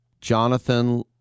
Jonathan